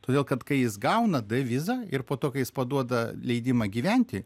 todėl kad kai jis gauna d vizą ir po to kai jis paduoda leidimą gyventi